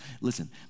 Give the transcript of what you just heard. listen